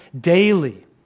daily